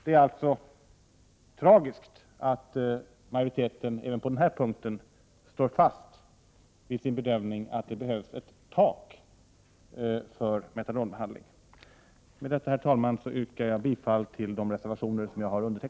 Det är alltså tragiskt att majoriteten även på denna punkt står fast vid sin bedömning att det behövs ett tak när det gäller metadonbehandling. Herr talman! Med det anförda yrkar jag bifall till de reservationer där mitt namn finns med.